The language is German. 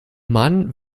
mann